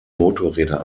motorräder